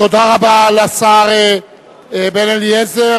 תודה רבה לשר בן-אליעזר.